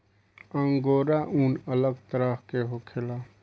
angora ऊन अलग तरह के होखेला